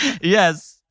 yes